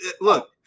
Look